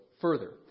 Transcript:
further